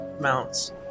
mounts